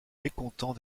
mécontent